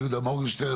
יהודה מורגנשטרן,